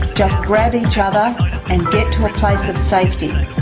just grab each other and get to a place of safety.